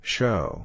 Show